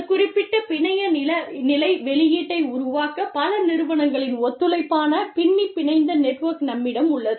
ஒரு குறிப்பிட்ட பிணைய நிலை வெளியீட்டை உருவாக்கப் பல நிறுவனங்களின் ஒத்துழைப்பான பின்னிப்பிணைந்த நெட்வொர்க் நம்மிடம் உள்ளது